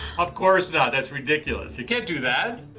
of course not, that's ridiculous. you can't do that.